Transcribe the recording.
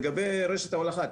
לגבי רשת ההולכה,